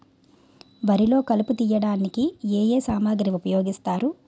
వరిలో కలుపు తియ్యడానికి ఏ ఏ సామాగ్రి ఉపయోగిస్తారు?